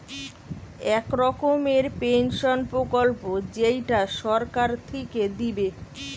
এক রকমের পেনসন প্রকল্প যেইটা সরকার থিকে দিবে